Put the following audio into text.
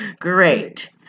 great